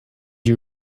you